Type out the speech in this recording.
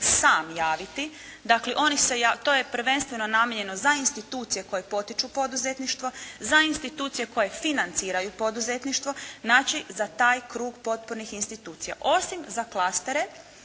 se javljaju, to je prvenstveno namijenjeno za institucije koje potiču poduzetništvo, za institucije koje financiraju poduzetništvo, znači za taj krug potpunih institucija. Osim za klastere,